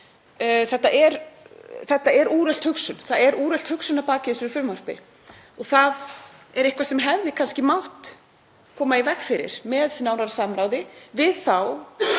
Það er úrelt hugsun að baki þessu frumvarpi og það er eitthvað sem hefði kannski mátt koma í veg fyrir með nánara samráði við þá